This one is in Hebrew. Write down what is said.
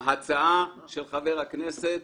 ההצעה של חבר הכנסת